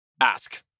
Ask